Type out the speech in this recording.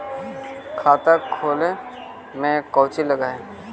खाता खोले में कौचि लग है?